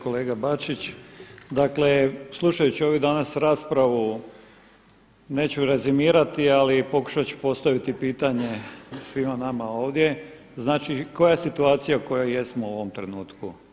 Kolega Bačić, dakle slušajući ovu danas raspravu neću rezimirati ali pokušati ću postaviti pitanje svima nama ovdje, znači koja je situacija u kojoj jesmo u ovom trenutku.